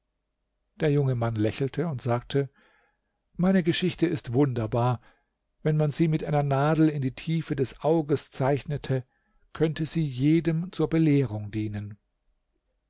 der junge mann lächelte und sagte meine geschichte ist wunderbar wenn man sie mit einer nadel in die tiefe des auges zeichnete könnte sie jedem zur belehrung dienen